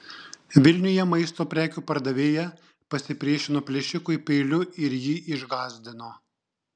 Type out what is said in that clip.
vilniuje maisto prekių pardavėja pasipriešino plėšikui peiliu ir jį išgąsdino